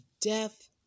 death